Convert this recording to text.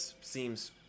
seems